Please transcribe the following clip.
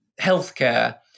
Healthcare